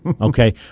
okay